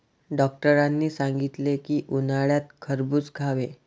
डॉक्टरांनी सांगितले की, उन्हाळ्यात खरबूज खावे